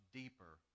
deeper